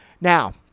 now